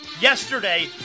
yesterday